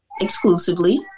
exclusively